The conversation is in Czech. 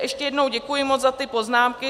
Ještě jednou moc děkuji za ty poznámky.